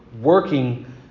working